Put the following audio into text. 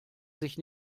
sich